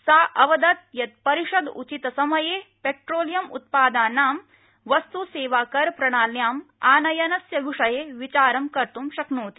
सा अवदत् यत् परिषद उचिते समये पेट्रोलियम उत्पादानां वस्तुसेवाकरप्रणात्याम् आनयनस्य विषये विचारं कर्त् शक्नोति